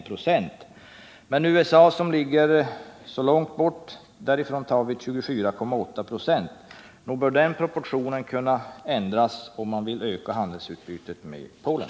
Men från USA, som ligger så långt borta, tar vi 24,8 ”». Nog bör den proportionen kunna ändras, om man vill öka handelsutbytet med Polen.